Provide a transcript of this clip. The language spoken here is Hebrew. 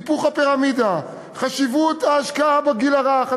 היפוך הפירמידה, חשיבות ההשקעה בגיל הרך.